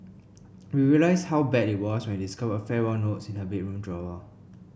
we realised how bad it was when we discovered farewell notes in her bedroom drawer